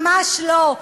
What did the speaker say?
ממש לא.